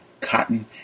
cotton